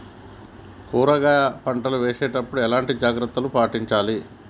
కూరగాయల పంట వేసినప్పుడు ఎలాంటి జాగ్రత్తలు పాటించాలి?